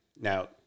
now